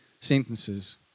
sentences